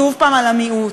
שוב פעם על המיעוט,